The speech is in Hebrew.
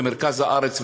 במרכז הארץ,